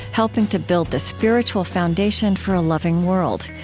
helping to build the spiritual foundation for a loving world.